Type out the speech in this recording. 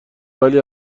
ولی